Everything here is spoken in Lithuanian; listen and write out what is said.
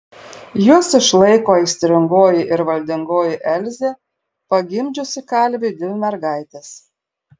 juos išlaiko aistringoji ir valdingoji elzė pagimdžiusi kalviui dvi mergaites